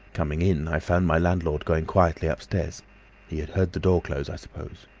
coming in, i found my landlord going quietly upstairs he had heard the door close, i suppose.